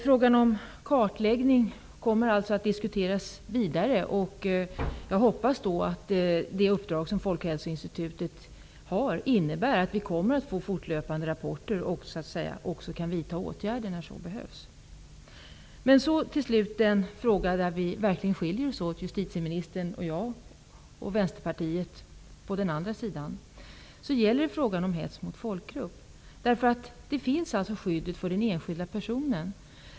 Frågan om kartläggning kommer alltså att diskuteras vidare. Jag hoppas att det uppdrag som Folkhälsoinstitutet har innebär att vi kommer att få fortlöpande rapporter och att vi även kan vidta åtgärder när så behövs. Till slut den fråga där justitieministern och vi i Vänsterpartiet verkligen skiljer oss åt, frågan om hets mot folkgrupp. Det finns alltså skydd för den enskilda personen.